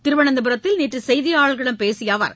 திருவனந்தபுரத்தில் நேற்று செய்தியாளர்களிடம் பேசிய அவர்